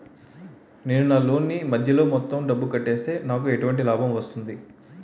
నేను నా లోన్ నీ మధ్యలో మొత్తం డబ్బును కట్టేస్తే నాకు ఎటువంటి లాభం వస్తుంది?